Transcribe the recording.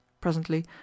Presently